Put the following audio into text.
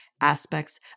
aspects